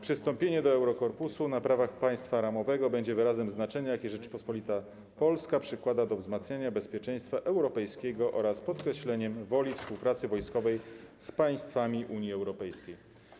Przystąpienie do Eurokorpusu na prawach państwa ramowego będzie wyrazem znaczenia, jakie Rzeczpospolita Polska przykłada do wzmacniania bezpieczeństwa europejskiego, oraz podkreśleniem woli współpracy wojskowej z państwami Unii Europejskiej.